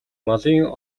малын